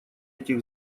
этих